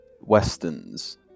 Westerns